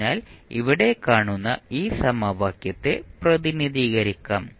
അതിനാൽ ഇവിടെ കാണുന്ന ഈ സമവാക്യത്തെ പ്രതിനിധീകരിക്കാം